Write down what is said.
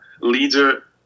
leader